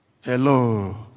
Hello